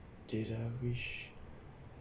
did I wish